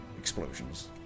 explosions